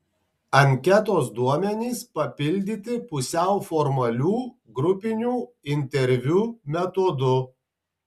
anketos duomenys papildyti pusiau formalių grupinių interviu metodu